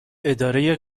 اداره